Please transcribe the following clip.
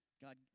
God